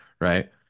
right